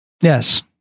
yes